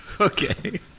Okay